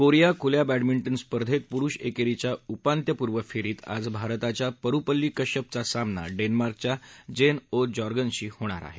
Korea खुल्या badminton स्पर्धेत पुरुष एकेरीच्या उपांत्यपूर्व फेरीत आज भारताच्या परुपल्ली कश्यपचा सामना डेन्मार्कच्या जेन ओ जॉर्गन्सनशी होणार आहे